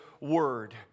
word